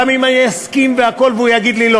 גם אם אני אסכים והכול והוא יגיד לי לא,